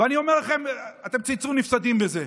ואני אומר לכם, אתם תצאו נפסדים בזה.